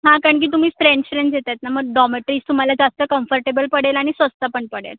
हां कारणकी तुम्ही फ्रेंड्स फ्रेंड्स येत आहेत ना मग डॉमेट्रीज तुम्हाला जास्त कम्फर्टेबल पडेल आणि स्वस्त पण पडेल